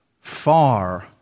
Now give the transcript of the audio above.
far